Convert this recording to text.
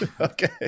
Okay